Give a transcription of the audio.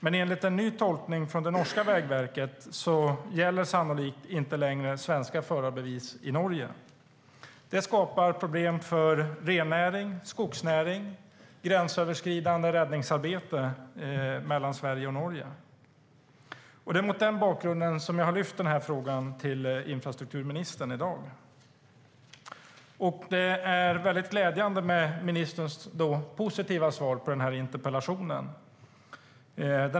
Men enligt en ny tolkning från det norska vägverket gäller sannolikt inte längre svenska förarbevis i Norge. Det skapar problem för rennäring, skogsnäring och gränsöverskridande räddningsarbete mellan Sverige och Norge. Det är mot den bakgrunden som jag har lyft frågan till infrastrukturministern. Det är glädjande med ministerns positiva svar på interpellationen.